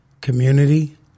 community